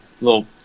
little